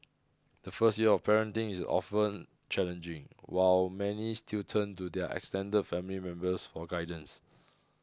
the first year of parenting is often challenging while many still turn to their extended family members for guidance